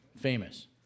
Famous